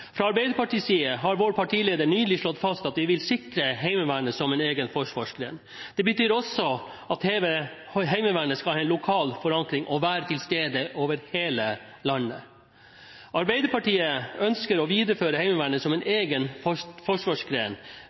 Fra Arbeiderpartiets side har vår partileder nylig slått fast at vi vil sikre Heimevernet som en egen forsvarsgren. Det betyr også at Heimevernet skal ha en lokal forankring og være til stede over hele landet. Arbeiderpartiet ønsker å videreføre Heimevernet som en egen forsvarsgren,